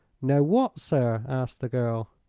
know what, sir? asked the girl.